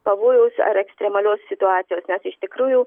pavojaus ar ekstremalios situacijos nes iš tikrųjų